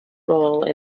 role